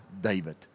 David